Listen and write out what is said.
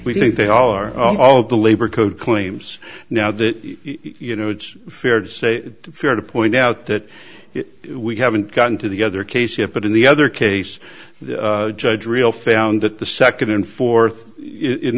we think they are all the labor code claims now that you know it's fair to say fair to point out that we haven't gotten to the other case yet but in the other case the judge real found that the second and fourth in